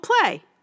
play